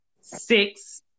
six